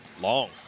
Long